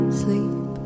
sleep